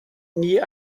nie